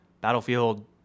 Battlefield